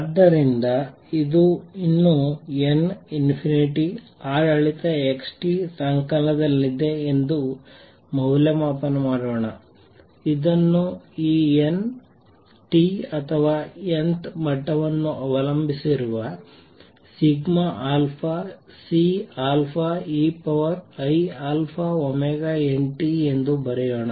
ಆದ್ದರಿಂದ ಇದು ಇನ್ನೂ n→ ∞ ಆಡಳಿತ x ಸಂಕಲನದಲ್ಲಿದೆ ಎಂದು ಮೌಲ್ಯಮಾಪನ ಮಾಡೋಣ ಇದನ್ನು ಈ n t ಅಥವಾ n th ಮಟ್ಟವನ್ನು ಅವಲಂಬಿಸಿರುವ Ceiαωntಎಂದು ಬರೆಯೋಣ